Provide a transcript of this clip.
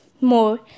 more